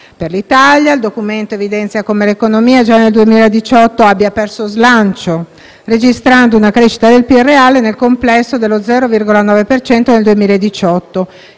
Per l'Italia il Documento evidenzia come l'economia già nel 2018 abbia perso slancio, registrando una crescita del PIL reale nel complesso dello 0,9 per cento